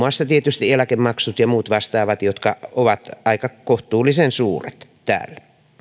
tietysti eläkemaksut ja muut vastaavat jotka ovat aika kohtuullisen suuret täällä